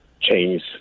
change